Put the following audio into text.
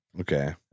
Okay